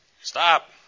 Stop